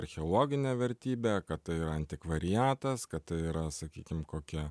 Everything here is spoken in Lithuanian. archeologinė vertybė kad tai yra antikvariatas kad tai yra sakykim kokia